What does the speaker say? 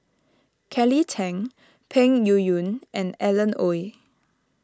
Kelly Tang Peng Yuyun and Alan Oei